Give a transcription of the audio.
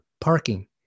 parking